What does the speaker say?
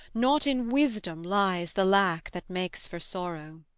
not in wisdom, lies the lack that makes for sorrow.